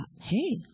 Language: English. hey